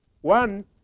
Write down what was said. One